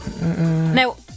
Now